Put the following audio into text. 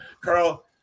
carl